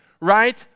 right